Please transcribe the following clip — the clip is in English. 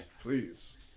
please